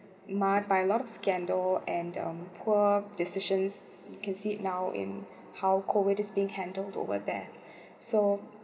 marred by a lot of scandal and um poor decisions can see it now in how COVID is being handled over there so